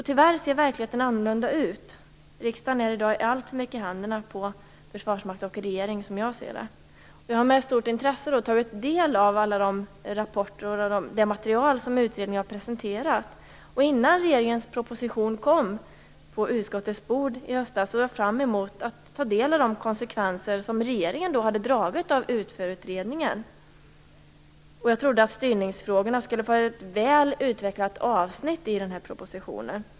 Tyvärr ser verkligheten annorlunda ut. Riksdagen är i dag alltför mycket i händerna på Försvarsmakten och regeringen, som jag ser det. Jag har med stort intresse tagit del av de rapporter och det material som utredningen har presenterat. Innan regeringens proposition kom på utskottets bord i höstas såg jag fram emot att få ta del av de konsekvenser som regeringen hade dragit av UTFÖR. Jag trodde också att styrningsfrågorna skulle vara ett väl utvecklat avsnitt i propositionen.